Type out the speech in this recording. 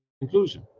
conclusion